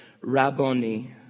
Rabboni